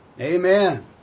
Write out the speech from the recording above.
Amen